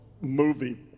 movie